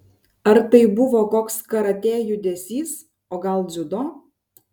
ar tai buvo koks karatė judesys o gal dziudo